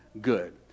good